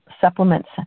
supplements